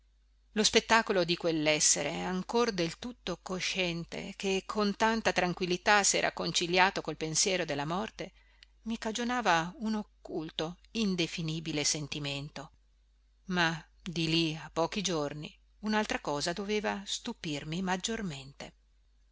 lo spettacolo di quellessere ancor del tutto cosciente che con tanta tranquillità sera conciliato col pensiero della morte mi cagionava un occulto indefinibile sentimento ma di lì a pochi giorni unaltra cosa doveva stupirmi maggiormente